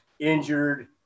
Injured